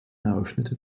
eröffnete